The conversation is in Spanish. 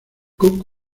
cook